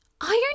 Iron